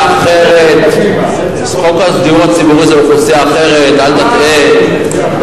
אוכלוסייה אחרת, אל תטעה.